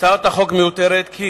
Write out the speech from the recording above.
הצעת החוק מיותרת, כי